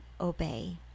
obey